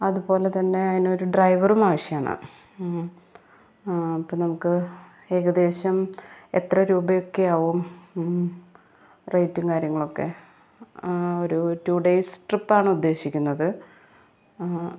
അതുപോലെ തന്നെ അതിനൊരു ഡ്രൈവറും ആവശ്യമാണ് ആ അപ്പോൾ നമുക്ക് ഏകദേശം എത്ര രൂപയൊക്കെ ആവും റേറ്റും കാര്യങ്ങളൊക്കെ ആ ഒരു ടു ഡേയ്സ് ട്രിപ്പാണ് ഉദ്ദേശിക്കുന്നത്